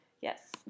Yes